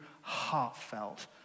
heartfelt